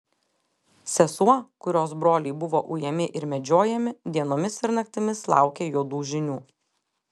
sesuo kurios broliai buvo ujami ir medžiojami dienomis ir naktimis laukė juodų žinių